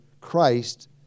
Christ